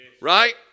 right